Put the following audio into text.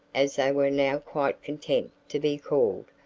as they were now quite content to be called,